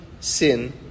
Sin